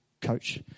coach